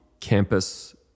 campus